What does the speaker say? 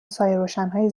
سایهروشنهای